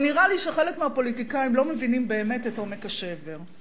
אבל נראה לי שחלק מהפוליטיקאים לא מבינים באמת את עומק השבר.